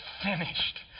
finished